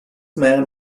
man